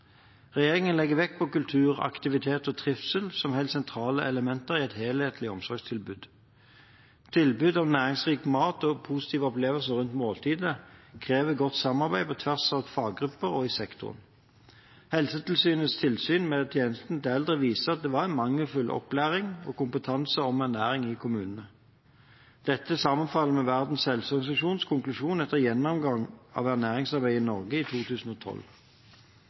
Regjeringen legger vekt på kultur, aktivitet og trivsel som helt sentrale elementer i et helhetlig omsorgstilbud. Tilbud om næringsrik mat og positive opplevelser rundt måltidet krever godt samarbeid på tvers av faggrupper og sektorer. Helsetilsynets tilsyn med tjenester til eldre viste at det var en mangelfull opplæring og kompetanse om ernæring i kommunene. Dette sammenfaller med Verdens helseorganisasjons konklusjon etter gjennomgangen av ernæringsarbeidet i Norge i 2012.